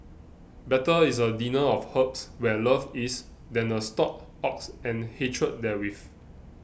better is a dinner of herbs where love is than a stalled ox and hatred therewith